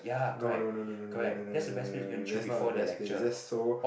no no no no no no no no no no that's not the best place is just so